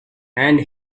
and